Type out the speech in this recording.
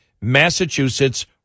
Massachusetts